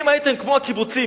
אם הייתם כמו הקיבוצים,